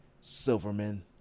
silverman